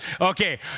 Okay